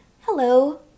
hello